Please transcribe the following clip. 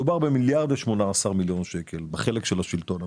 מדובר על מיליארד ו-18 מיליון שקל בחלק של השלטון המקומי.